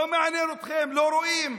לא מעניין אתכם, לא רואים.